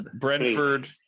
Brentford